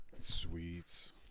Sweets